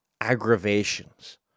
aggravations